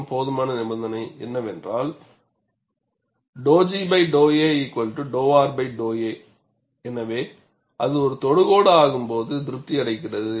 மற்றும் போதுமான நிபந்தனை என்னவென்றால் 𝞉G 𝞉a 𝞉R𝞉a எனவே அது ஒரு தொடுகோடு ஆகும்போது திருப்தி அடைகிறது